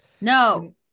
No